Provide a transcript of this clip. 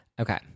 Okay